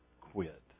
quit